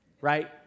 Right